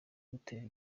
gutera